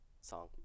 song